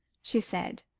she said,